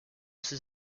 ses